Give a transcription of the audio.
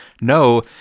no